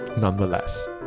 nonetheless